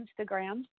Instagram